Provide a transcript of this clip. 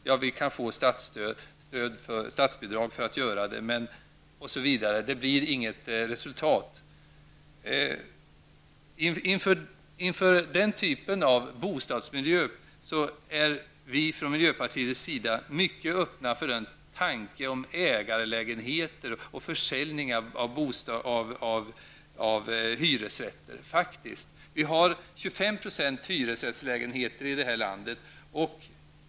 Det går att få visst statsbidrag för att göra det, men ingenting händer. Inför den typen av bostadsmiljöer är vi miljöpartier mycket öppna för tanken på ägarlägenheter och försäljning av hyresrätter. 25 % av lägenheterna i detta land är hyresrätter.